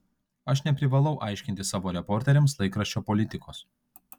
aš neprivalau aiškinti savo reporteriams laikraščio politikos